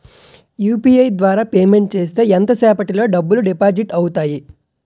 UPI ద్వారా payment చేస్తే ఎంత సేపటిలో డబ్బులు డిపాజిట్ అవుతాయి?